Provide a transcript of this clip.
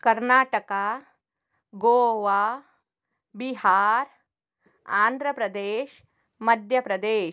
Karnataka Goa Bihar Andhra Pradesh Madhya Pradesh